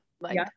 like-